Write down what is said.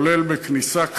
כולל בכניסה קרקעית,